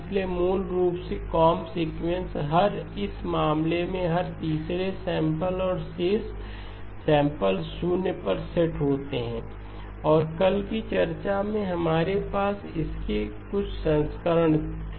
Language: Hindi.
इसलिए मूल रूप से कोंब सीक्वेंस हर इस मामले में हर तीसरे सैंपल और शेष सैंपल शून्य पर सेट होते हैं और कल की चर्चा में हमारे पास इसके कुछ संस्करण थे